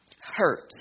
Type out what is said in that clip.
hurts